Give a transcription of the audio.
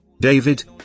David